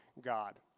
God